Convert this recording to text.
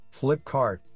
Flipkart